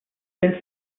since